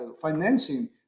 financing